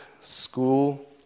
school